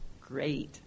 Great